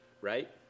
right